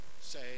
say